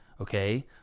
okay